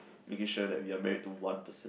making sure that we are married to one person